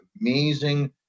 amazing